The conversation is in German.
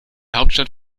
hauptstadt